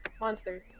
monsters